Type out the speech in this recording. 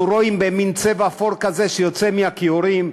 רואים במין צבע אפור כזה שיוצאים מהכיורים,